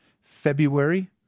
February